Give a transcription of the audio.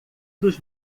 dos